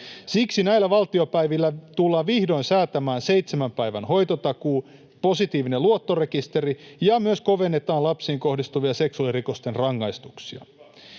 Siksi näillä valtiopäivillä tullaan vihdoin säätämään seitsemän päivän hoitotakuu ja positiivinen luottorekisteri ja myös kovennetaan lapsiin kohdistuvien seksuaalirikosten rangaistuksia.